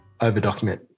over-document